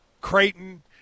Creighton